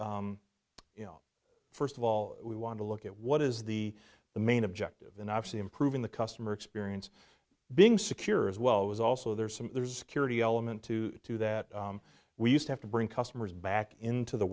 considered first of all we want to look at what is the the main objective in actually improving the customer experience being secure as well as also there's some there's curity element to do that we used to have to bring customers back into the